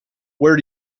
where